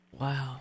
Wow